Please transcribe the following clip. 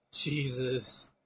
Jesus